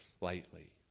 lightly